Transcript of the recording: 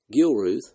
Gilruth